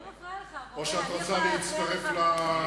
לא מפריעה לך, המורה, או שאת רוצה להצטרף לקדימה?